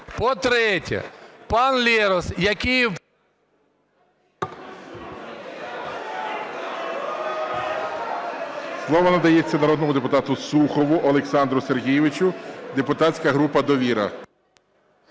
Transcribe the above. По-третє, пан Лерос, який… ГОЛОВУЮЧИЙ. Слово надається народному депутату Сухову Олександру Сергійовичу, депутатська група "Довіра".